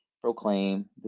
proclaim